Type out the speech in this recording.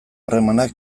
harremanak